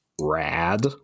Rad